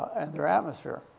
and their atmosphere.